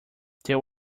there